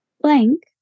blank